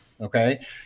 Okay